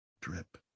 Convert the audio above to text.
drip